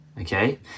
okay